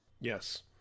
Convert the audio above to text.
yes